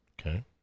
Okay